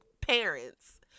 parents